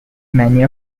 many